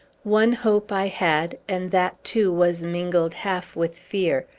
one hope i had, and that too was mingled half with fear.